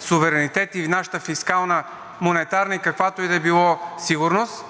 суверенитет или нашата фискална, монетарна и каквато и да било сигурност,